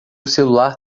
celular